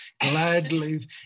gladly